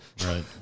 Right